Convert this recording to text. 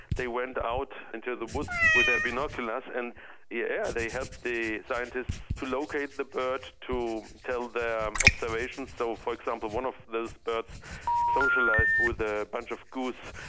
they went out into the woods with their binoculars and yeah they helped the scientists to locate the bird, to tell their observations. so, for example, one of those birds socialised with a bunch of geese,